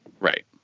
Right